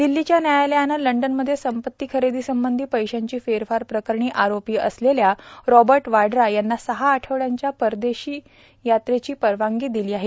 दिल्लीच्या न्यायालयानं लंडनमध्ये संपत्ती खरेदीसंबंधी पैशांची फेरफार प्रकरणी आरोपी असलेल्या रॉबर्ट वाड्रा यांना सहा आठवड्यांच्या परदेश यात्रेची परवानगी दिली आहे